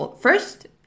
First